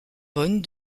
bonne